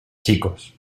chicos